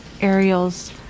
Ariel's